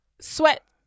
sweat